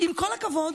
עם כל הכבוד,